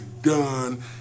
done